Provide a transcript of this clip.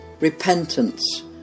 Repentance